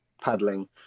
paddling